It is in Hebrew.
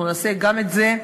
אנחנו נעשה גם את זה.